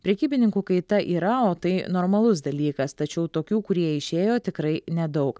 prekybininkų kaita yra o tai normalus dalykas tačiau tokių kurie išėjo tikrai nedaug